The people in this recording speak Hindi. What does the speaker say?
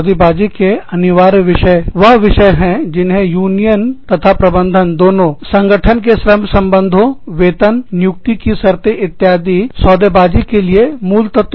सौदेबाजी सौदाकारी के अनिवार्य विषय वह विषय हैं जिन्हें यूनियन तथा प्रबंधन दोनों संगठन के श्रम संबंधोंवेतन नियुक्ति की शर्तें इत्यादि के लिए मूल तत्व मानता है